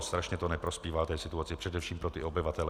Strašně to neprospívá situaci, především těm obyvatelům.